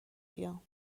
بیام